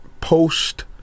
post